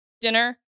dinner